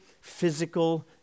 physical